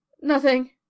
Nothing